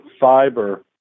fiber